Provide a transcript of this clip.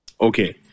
Okay